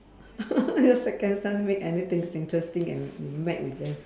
your second son make anything is interesting and met with them